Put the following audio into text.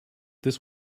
this